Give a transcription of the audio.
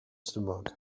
stumog